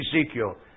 Ezekiel